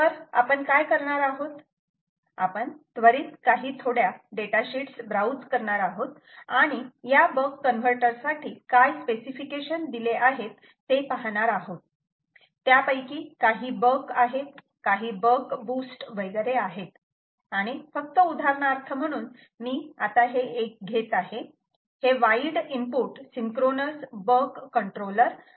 तर आपण काय करणार आहोत आपण त्वरित काही थोड्या डेटा शीट्स ब्राउझ करणार आहोत आणि या बक कन्वर्टर साठी काय स्पेसिफिकेशन दिले आहेत ते पाहणार आहोत त्यापैकी काही बक आहेत काही बक बूस्ट वगैरे आहेत आणि फक्त उदाहरणार्थ म्हणून मी हे एक घेत आहे हे wide input synchronous buck controller आहे